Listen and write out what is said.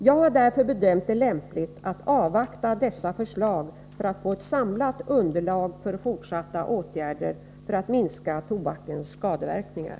Jag har därför bedömt det lämpligt att avvakta dessa förslag för att få ett samlat underlag för fortsatta åtgärder för att minska tobakens skadeverkningar.